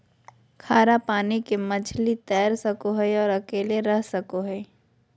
खारा पानी के मछली तैर सको हइ और अकेले रह सको हइ